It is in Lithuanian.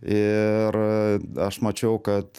ir aš mačiau kad